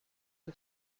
the